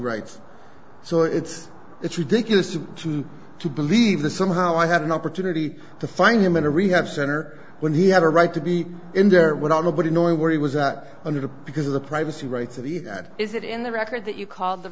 rights so it's it's ridiculous to believe that somehow i had an opportunity to find him in a rehab center when he had a right to be in there without nobody knowing where he was at under the because of the privacy rights that he had is it in the record that you called the